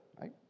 right